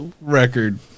record